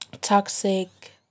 toxic